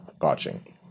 watching